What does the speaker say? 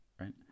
right